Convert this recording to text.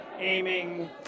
aiming